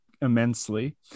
immensely